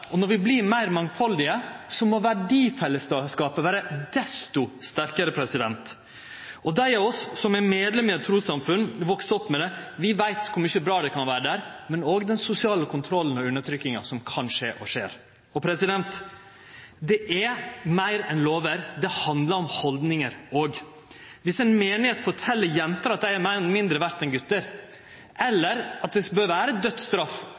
og når vi vert meir mangfaldige, må verdifellesskapet vere desto sterkare. Dei av oss som er medlem av eit trussamfunn og har vakse opp med det, veit kor mykje bra det kan vere der, men også om den sosiale kontrollen og undertrykkinga som kan skje og skjer. Det er meir enn lover. Det handlar om haldningar også. Dersom ei meinigheit fortel jenter at dei er mindre verde enn gutar, eller at det bør vere dødsstraff